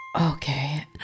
Okay